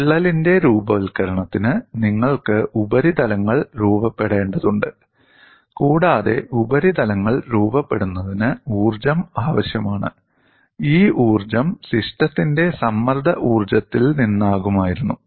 വിള്ളലിന്റെ രൂപവത്കരണത്തിന് നിങ്ങൾക്ക് ഉപരിതലങ്ങൾ രൂപപ്പെടേണ്ടതുണ്ട് കൂടാതെ ഉപരിതലങ്ങൾ രൂപപ്പെടുന്നതിന് ഊർജ്ജം ആവശ്യമാണ് ഈ ഊർജ്ജം സിസ്റ്റത്തിന്റെ സമ്മർദ്ദ ഊർജ്ജത്തിൽ നിന്നാകുമായിരുന്നു